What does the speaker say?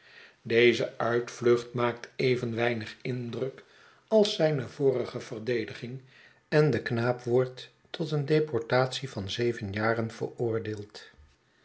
deze uitvlucht maakt even weinig indruk als zijne vorige verdediging en de knaap wordt tot eene deportatie van zeven jaren veroordeeld